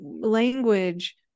language